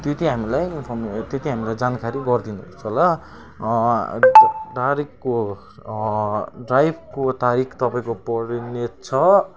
त्यति हामीलाई इन्फर्म त्यति हामीलाई जानकारी गरिदिनुहोस् होला तारिकको ड्राइभको तारिक तपाईँको परिनेछ